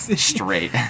straight